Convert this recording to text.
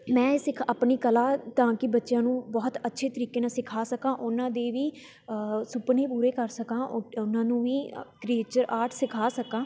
ਮੈਂ ਇਸ ਇੱਕ ਆਪਣੀ ਕਲਾ ਤਾਂ ਕਿ ਬੱਚਿਆਂ ਨੂੰ ਬਹੁਤ ਅੱਛੇ ਤਰੀਕੇ ਨਾਲ ਸਿਖਾ ਸਕਾਂ ਉਨ੍ਹਾਂ ਦੇ ਵੀ ਸੁਪਨੇ ਪੂਰੇ ਕਰ ਸਕਾਂ ਉ ਉਨ੍ਹਾਂ ਨੂੰ ਵੀ ਅ ਕਰੀਏਚਰ ਆਰਟ ਸਿਖਾ ਸਕਾਂ